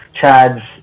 Chad's